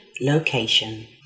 location